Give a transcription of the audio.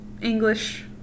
English